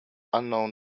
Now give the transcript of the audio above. unknown